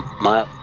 maya